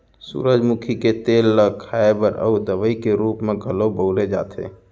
सूरजमुखी के तेल ल खाए बर अउ दवइ के रूप म घलौ बउरे जाथे